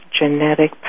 genetic